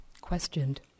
questioned